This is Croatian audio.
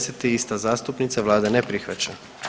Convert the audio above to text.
10. ista zastupnica, Vlada ne prihvaća.